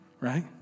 Right